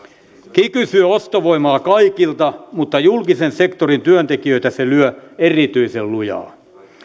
kiky syö ostovoimaa kaikilta mutta julkisen sektorin työntekijöitä se lyö erityisen lujaa